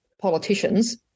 politicians